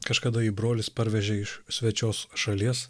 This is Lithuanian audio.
kažkada jį brolis parvežė iš svečios šalies